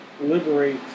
liberate